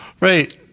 Right